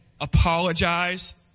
apologize